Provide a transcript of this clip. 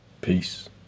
Peace